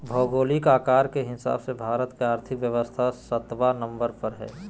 भौगोलिक आकार के हिसाब से भारत के और्थिक व्यवस्था सत्बा नंबर पर हइ